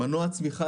מנוע צמיחה